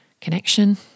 connection